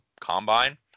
combine